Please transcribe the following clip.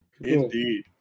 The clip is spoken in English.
Indeed